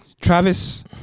Travis